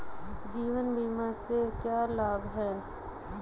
जीवन बीमा से क्या लाभ हैं?